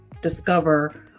discover